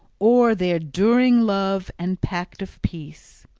or their during love and pact of peace.